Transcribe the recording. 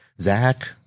Zach